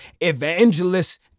evangelist